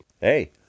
Hey